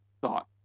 thought